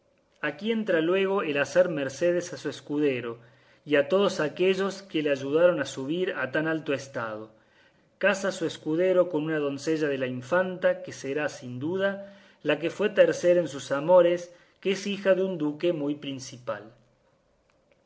aquí entra luego el hacer mercedes a su escudero y a todos aquellos que le ayudaron a subir a tan alto estado casa a su escudero con una doncella de la infanta que será sin duda la que fue tercera en sus amores que es hija de un duque muy principal